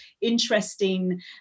interesting